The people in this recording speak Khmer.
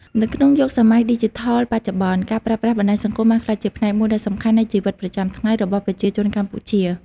នៅក្នុងយុគសម័យឌីជីថលបច្ចុប្បន្ន ការប្រើប្រាស់បណ្ដាញសង្គមបានក្លាយជាផ្នែកមួយដ៏សំខាន់នៃជីវិតប្រចាំថ្ងៃរបស់ប្រជាជនកម្ពុជា។